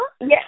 Yes